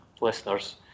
listeners